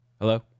Hello